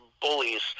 bullies